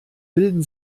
bilden